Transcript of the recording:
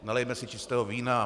Nalijme si čistého vína.